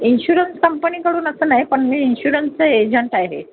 insurance कंपनीकडून असं नाही पण मी इन्शुरन्सचा एजंट आहे